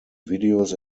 videos